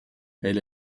elle